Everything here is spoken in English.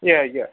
ya ya